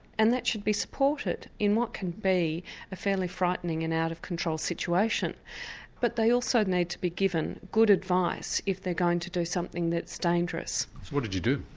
and that should be supported in what can be a fairly frightening and out-of-control situation but they also need to be given good advice if they're going to do something that's dangerous. so what did you do?